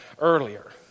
earlier